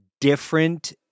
different